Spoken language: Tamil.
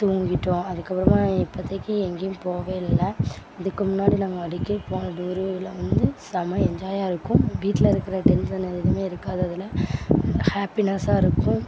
தூங்கிட்டோம் அதுக்கப்புறமா இப்போதைக்கு எங்கேயும் போகவே இல்லை இதுக்கு முன்னாடி நாங்கள் அடிக்கடி போன டூரு இதெலாம் வந்து செம்ம என்ஜாயாக இருக்கும் வீட்டில் இருக்கிற டென்ஷனு எதுவுமே இருக்காது அதில் நல்ல ஹேப்பினஸாக இருக்கும்